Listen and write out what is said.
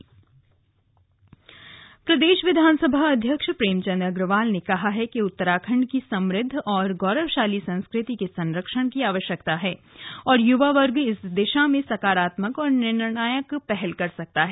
युवा महोत्सव प्रदेश विधानसभा अध्यक्ष प्रेमचंद अग्रवाल ने कहा है कि उत्तराखंड की समृद्व और गौरवशाली संस्कृति के संरक्षण की आवश्यकता है और यूवा वर्ग इस दिशा में सकारात्मक और निर्णायक पहल कर सकता है